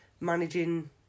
managing